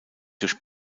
durch